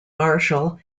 marshall